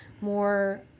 more